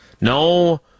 No